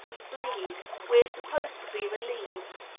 we bleed we are supposed to be relieved.